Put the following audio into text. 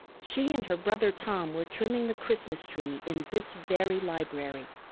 she and her brother tom were trimming the christmas tree in this very library.